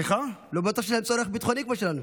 לא בטוח שיש להן צורך ביטחוני כמו שלנו.